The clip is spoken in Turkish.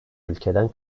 ülkeden